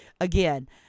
again